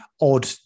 odd